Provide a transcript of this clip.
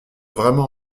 vraiment